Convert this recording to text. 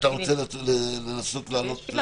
רוצה לנסות לענות?